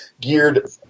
geared